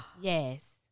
yes